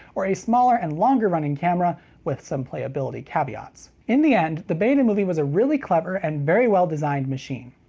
or a smaller and longer-running camera with some playability caveats. in the end, the betamovie was a really clever and very well designed machine.